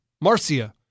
Marcia